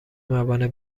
موانع